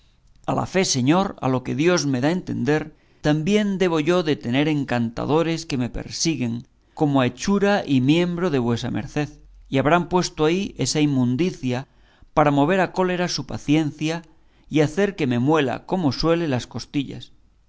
a la fe señor a lo que dios me da a entender también debo yo de tener encantadores que me persiguen como a hechura y miembro de vuesa merced y habrán puesto ahí esa inmundicia para mover a cólera su paciencia y hacer que me muela como suele las costillas